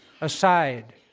aside